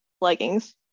Leggings